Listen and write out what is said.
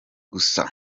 gusa